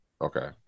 okay